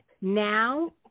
Now